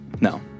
No